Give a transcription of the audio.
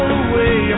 away